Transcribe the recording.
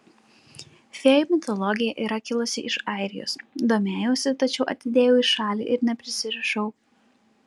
fėjų mitologija yra kilusi iš airijos domėjausi tačiau atidėjau į šalį ir neprisirišau